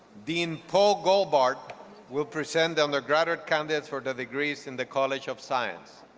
dean paul goldbart will present on the graduate candidates for and the degrees in the college of science.